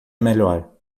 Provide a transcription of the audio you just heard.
melhor